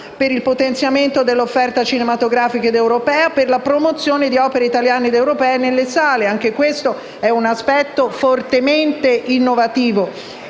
per il potenziamento dell’offerta cinematografica italiana ed europea e per la promozione di opere italiane ed europee nelle sale. Anche questo è un aspetto fortemente innovativo: